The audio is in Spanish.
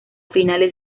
finales